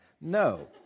No